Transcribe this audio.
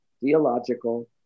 theological